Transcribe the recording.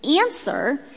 answer